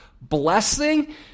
blessing